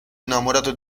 innamorato